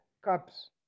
cups